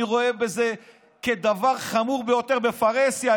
אני רואה בזה דבר חמור ביותר בפרהסיה.